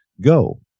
Go